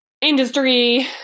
industry